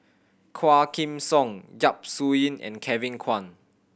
Quah Kim Song Yap Su Yin and Kevin Kwan